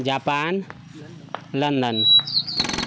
Japan London